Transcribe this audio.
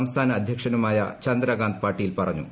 സംസ്ഥാന അധ്യക്ഷനുമായ ചന്ദ്രകാന്ത് പാട്ടീൽ പറഞ്ഞു